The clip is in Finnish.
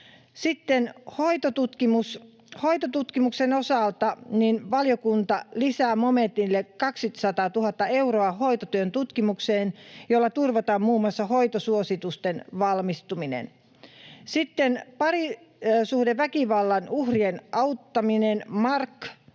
Sitten hoitotutkimuksen osalta valiokunta lisää momentille 200 000 euroa hoitotyön tutkimukseen, jolla turvataan muun muassa hoitosuositusten valmistuminen. Sitten parisuhdeväkivallan uhrien auttaminen, MARAK.